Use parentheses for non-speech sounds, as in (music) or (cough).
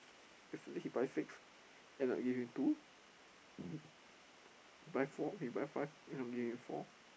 yesterday he buy six end up give me two (noise) buy four he buy five end up give me four